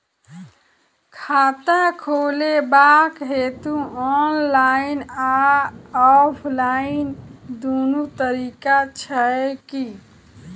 खाता खोलेबाक हेतु ऑनलाइन आ ऑफलाइन दुनू तरीका छै की?